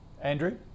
Andrew